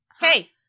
Hey